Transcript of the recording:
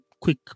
quick